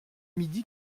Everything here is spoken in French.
midi